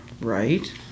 Right